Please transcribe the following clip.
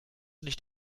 nicht